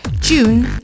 June